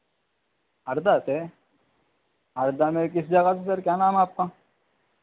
हरदा से हरदा में किस जगह से सर क्या नाम है आपका